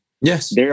Yes